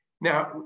Now